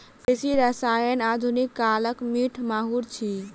कृषि रसायन आधुनिक कालक मीठ माहुर अछि